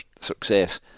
Success